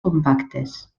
compactes